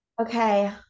Okay